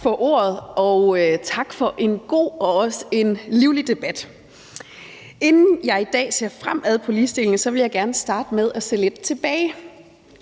Tak for ordet, og tak for en god og også en livlig debat. Inden jeg i dag ser fremad på ligestilling, vil jeg gerne starte med at se lidt tilbage,